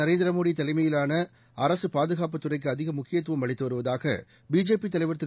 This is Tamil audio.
நரேந்திரமோடிதலைமையிலானஅரசுபாதுகாப்புத் துறைக்குஅதிகமுக்கியத்துவம் அளித்துவருவதாகபிஜேபிதலைவர் திரு